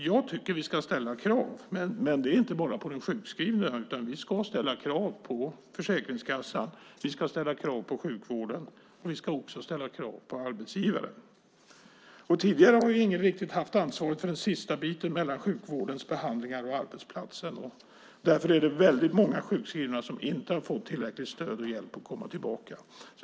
Jag tycker att vi ska ställa krav, och inte bara på den sjukskrivna, utan vi ska ställa krav på Försäkringskassan och sjukvården och på arbetsgivaren. Tidigare har ingen riktigt haft ansvaret för den sista biten mellan sjukvårdens behandlingar och arbetsplatsen. Därför är det väldigt många sjukskrivna som inte har fått tillräckligt stöd och hjälp att komma tillbaka.